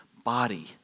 Body